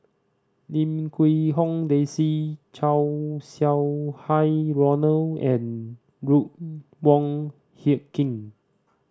Lim Quee Hong Daisy Chow Sau Hai Roland and Ruth Wong Hie King